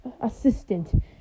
assistant